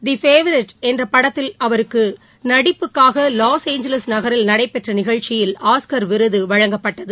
தே favourite என்ற படத்தில் அவரது நடிப்புக்காக லாஸ் ஏஞ்சலஸ் நகரில் நடைபெற்ற நிகழ்ச்சியில் அவருக்கு ஆஸ்கார் விருது வழங்கப்பட்டது